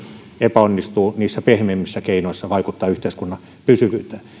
epäonnistuu niissä pehmeämmissä keinoissa vaikuttaa yhteiskunnan pysyvyyteen